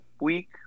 week